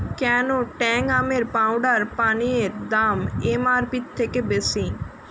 কেন ট্যাং আমের পাউডার পানীয়ের দাম এমআরপি র থেকে বেশি